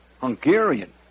Hungarian